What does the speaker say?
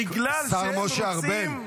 בגלל שהם רוצים --- השר משה ארבל,